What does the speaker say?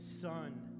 son